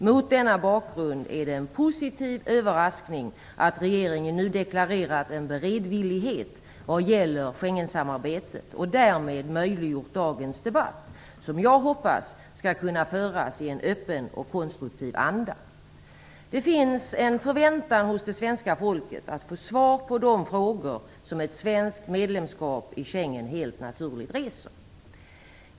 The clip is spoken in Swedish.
Mot denna bakgrund är det en positiv överraskning att regeringen nu deklarerat en beredvillighet vad gäller Schengensamarbetet och därmed möjliggjort dagens debatt, som jag hoppas skall kunna föras i en öppen och konstruktiv anda. Det finns en förväntan hos det svenska folket om att få svar på de frågor som ett svenskt medlemskap i Schengen helt naturligt reser.